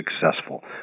successful